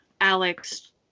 Alex